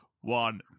one